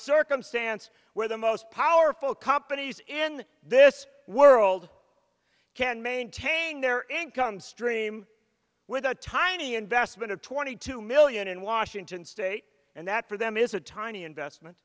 circumstance where the most powerful companies in this world can maintain their income stream with a tiny investment of twenty two million in washington state and that for them is a tiny investment